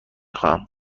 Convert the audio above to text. خواهم